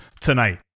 tonight